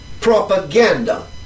propaganda